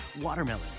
watermelon